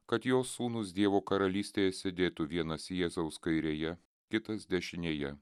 kad jo sūnūs dievo karalystėje sėdėtų vienas jėzaus kairėje kitas dešinėje